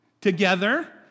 Together